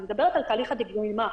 אני מדברת על תהליך הדגימה.